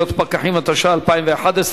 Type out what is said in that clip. התשע"א 2011,